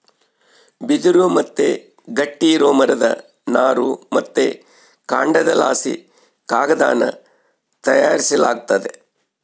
ಬಿದಿರು ಮತ್ತೆ ಗಟ್ಟಿ ಇರೋ ಮರದ ನಾರು ಮತ್ತೆ ಕಾಂಡದಲಾಸಿ ಕಾಗದಾನ ತಯಾರಿಸಲಾಗ್ತತೆ